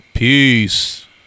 Peace